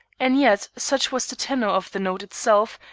and yet such was the tenor of the note itself,